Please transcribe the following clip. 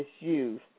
misused